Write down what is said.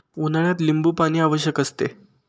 उन्हाळ्यात लिंबूपाणी आवश्यक असते